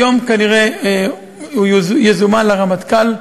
היום כנראה הוא יזומן לרמטכ"ל,